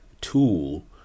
tool